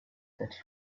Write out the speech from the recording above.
that